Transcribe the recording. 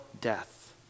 death